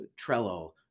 trello